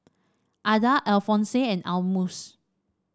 Adah Alphonse and Almus